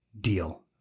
deal